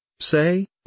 say